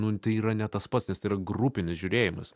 nu tai yra ne tas pats nes tai yra grupinis žiūrėjimas